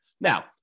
Now